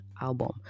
album